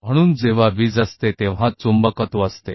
इसलिए जब बिजली होती है तो चुंबकत्व होता है